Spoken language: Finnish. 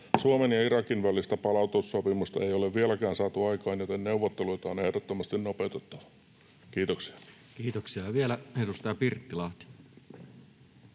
Suomen ja Irakin välistä palautussopimusta ei ole vieläkään saatu aikaan, joten neuvotteluita on ehdottomasti nopeutettava. — Kiitoksia. [Speech 169] Speaker: